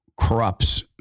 corrupts